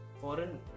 foreign